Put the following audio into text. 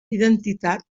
identitat